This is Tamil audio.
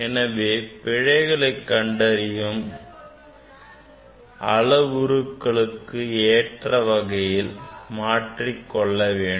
எனவே பிழைகளை நாம் கண்டறியும் அளவுருக்களுக்கு ஏற்ற வகையில் மாற்றிக் கொள்ள வேண்டும்